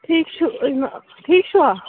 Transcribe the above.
ٹھیٖک چھُ ٹھیٖک چھُوا